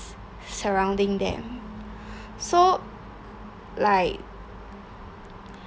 surrounding them so like